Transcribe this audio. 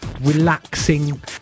Relaxing